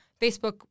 Facebook